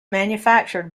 manufactured